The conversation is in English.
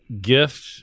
gift